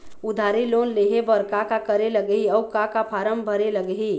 उधारी लोन लेहे बर का का करे लगही अऊ का का फार्म भरे लगही?